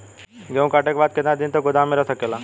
गेहूँ कांटे के बाद कितना दिन तक गोदाम में रह सकेला?